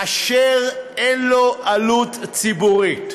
אשר אין לו עלות ציבורית,